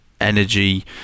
energy